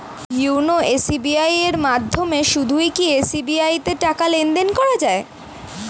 YONO SBI এর মাধ্যমে শুধুই কি এস.বি.আই তে টাকা লেনদেন করা যায়?